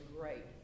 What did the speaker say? great